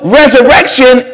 resurrection